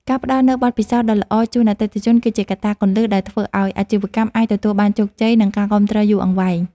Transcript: ការផ្ដល់នូវបទពិសោធន៍ដ៏ល្អជូនអតិថិជន គឺជាកត្តាគន្លឹះដែលធ្វើឱ្យអាជីវកម្មអាចទទួលបានជោគជ័យនិងការគាំទ្រយូរអង្វែង។